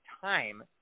time